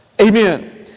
Amen